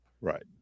Right